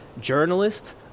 journalist